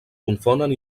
confonen